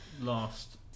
last